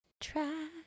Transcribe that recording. Try